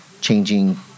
changing